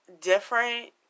different